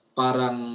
parang